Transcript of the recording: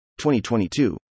2022